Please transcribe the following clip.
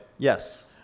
Yes